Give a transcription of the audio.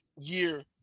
year